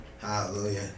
Hallelujah